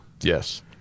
Yes